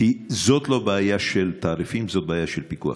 כי זאת לא בעיה של תעריפים, זאת בעיה של פיקוח.